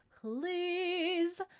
please